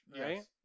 right